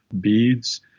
beads